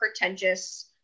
pretentious